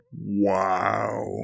Wow